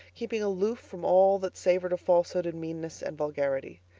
keeping aloof from all that savored of falsehood and meanness and vulgarity.